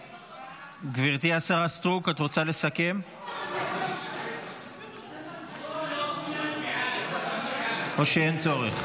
גברתי השרה סטרוק, את רוצה לסכם או שאין צורך?